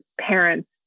parents